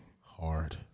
Hard